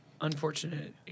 Unfortunate